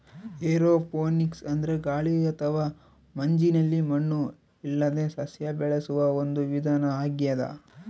aeroponics ಅಂದ್ರೆ ಗಾಳಿ ಅಥವಾ ಮಂಜಿನಲ್ಲಿ ಮಣ್ಣು ಇಲ್ಲದೇ ಸಸ್ಯ ಬೆಳೆಸುವ ಒಂದು ವಿಧಾನ ಆಗ್ಯಾದ